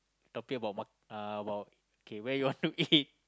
talking about ma~ uh about okay where you want to eat